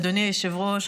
אדוני היושב-ראש,